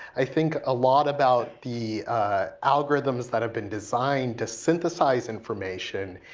i think a lot about the algorithms that have been designed to synthesize information,